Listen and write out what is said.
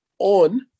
on